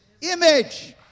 image